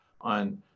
on